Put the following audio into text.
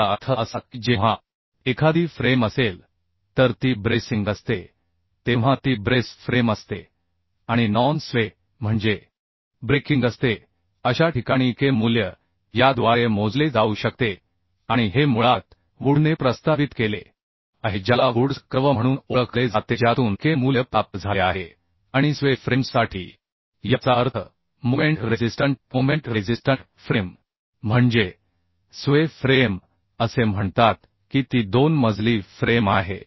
याचा अर्थ असा की जेव्हा एखादी फ्रेम असेल तर ती ब्रेसिंग असते तेव्हा ती ब्रेस फ्रेम असते आणि नॉन स्वे म्हणजे ब्रेकिंग असते अशा ठिकाणी K मूल्य याद्वारे मोजले जाऊ शकते आणि हे मुळात वुडने प्रस्तावित केले आहे ज्याला वुड्स कर्व म्हणून ओळखले जाते ज्यातून के मूल्यस्वे फ्रेम्ससाठी प्राप्त झाले आहे याचा अर्थ मोमेंट रेझिस्टंट फ्रेम म्हणजे स्वे फ्रेम असे म्हणतात की ती 2 मजली फ्रेम आहे